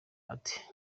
ati